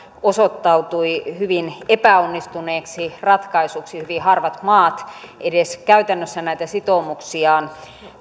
osoittautui hyvin epäonnistuneeksi ratkaisuksi hyvin harvat maat edes käytännössä näitä sitoumuksiaan